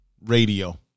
Radio